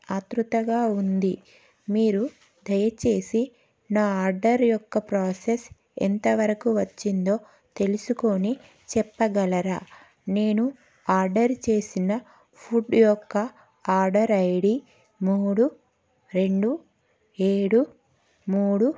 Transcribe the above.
ఆత్రుతగా ఉంది మీరు దయచేసి నా ఆర్డర్ యొక్క ప్రాసెస్ ఎంతవరకు వచ్చిందో తెలుసుకోని చెప్పగలరా నేను ఆర్డర్ చేసిన ఫుడ్ యొక్క ఆర్డర్ ఐ డీ మూడు రెండు ఏడు మూడు